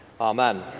amen